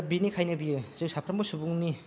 दा बिनिखायनो बियो जों साफ्रोमबो सुबुंनि